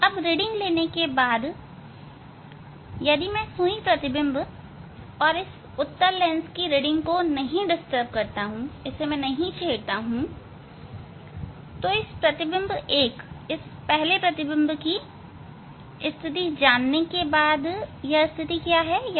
reading लेने के बाद यदि मैं सुई प्रतिबिंब और उत्तल लेंस के रीडिंग को नहीं छेड़ता हूं तो इस प्रतिबिंब 1 की स्थिति जानने के बाद यह स्थिति 644 है